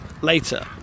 later